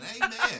amen